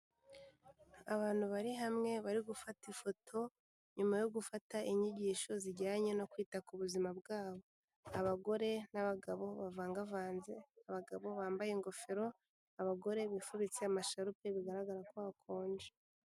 Abantu bari hamwe bari gufata ifoto nyuma yo gufata inyigisho zijyanye no kwita ku buzima bwabo. Abagore n'abagabo bavangavanze, abagabo bambaye ingofero, abagore bifubitse amasharupe bigaragara ko hakonje.